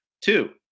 Two